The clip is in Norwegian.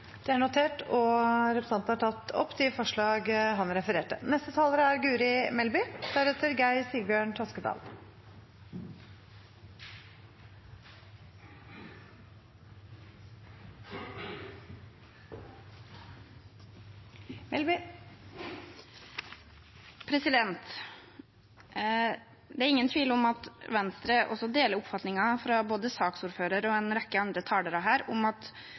Det er notert. Representanten Audun Lysbakken har tatt opp de forslagene han refererte til. Det er ingen tvil om at Venstre deler oppfatningen til både saksordføreren og en rekke andre talere her om at